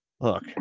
look